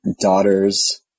Daughters